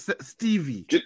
Stevie